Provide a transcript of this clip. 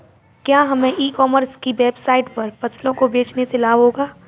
क्या हमें e commerce की वेबसाइट पर फसलों को बेचने से लाभ होगा?